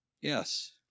Yes